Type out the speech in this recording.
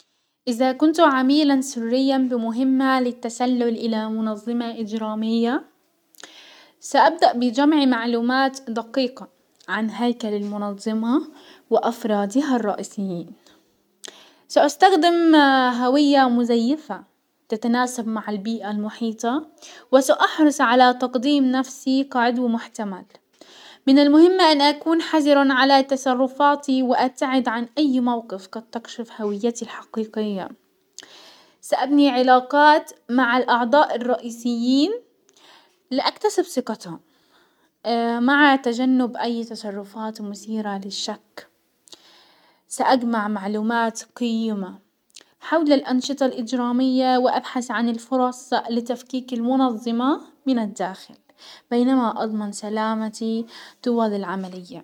ازا كنت عميلا سريا بمهمة للتسلل الى منظمة اجرامية، سابدأ بجمع معلومات دقيقة عن هيكل المنظمة وافرادها الرئيسيين، ساستخدم هوية مزيفة تتناسب مع البيئة المحيطة وساحرص على تقديم نفسي كعضو محتمل، من المهم ان اكون حذرا على تصرفاتي وابتعد عن اي موقف قد تكشف هويتي الحقيقية، سابني علاقات مع الاعضاء الرئيسيين لاكتسب ثقتهم مع تجنب اي تصرفات مثيرة للشك، ساجمع معلومات قيمة حول الانشطة الاجرامية وابحس عن الفرص لتفكيك المنظمة من الداخل، بينما اضمن سلامتي طوال العملية.